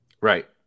Right